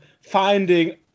finding